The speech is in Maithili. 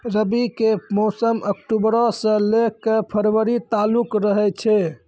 रबी के मौसम अक्टूबरो से लै के फरवरी तालुक रहै छै